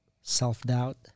self-doubt